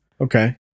Okay